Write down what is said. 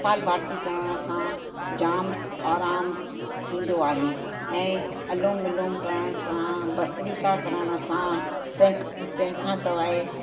कपालभांति करण सां जाम आराम ईंदो आहे ऐं अलोम विलोम करण सां भस्त्रिका करण सां ते तंहिंखा सवाइ